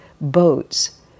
boats